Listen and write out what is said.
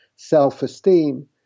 self-esteem